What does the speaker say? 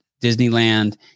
Disneyland